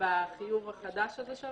בחיוב החדש?